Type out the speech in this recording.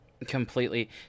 Completely